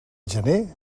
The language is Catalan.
gener